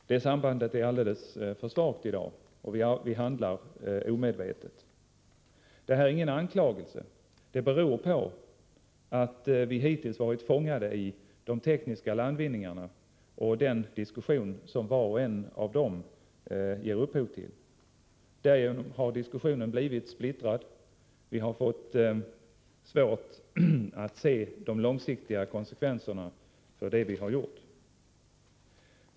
Det sambandet är i dag alldeles för svagt, och vi handlar omedvetet. Det är ingen anklagelse. Det beror på att vi hittills varit fångade i de tekniska landvinningarna och den diskussion som var och en av dem ger upphov till. Därigenom har diskussionen blivit splittrad. Vi har fått svårt att se de långsiktiga konsekvenserna av det vi har gjort.